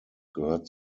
gehört